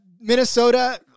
Minnesota